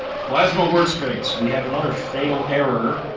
plasma workspace. we have another fatal error.